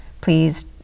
please